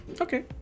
okay